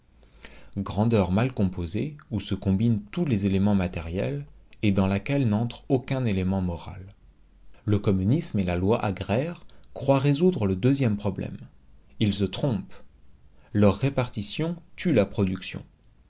grandeur mal composée où se combinent tous les éléments matériels et dans laquelle n'entre aucun élément moral le communisme et la loi agraire croient résoudre le deuxième problème ils se trompent leur répartition tue la production